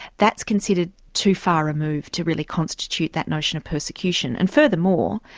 that's considered too far removed to really constitute that notion of persecution. and furthermore,